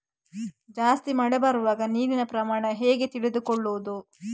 ಜಾಸ್ತಿ ಮಳೆ ಬರುವಾಗ ನೀರಿನ ಪ್ರಮಾಣ ಹೇಗೆ ತಿಳಿದುಕೊಳ್ಳುವುದು?